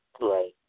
Right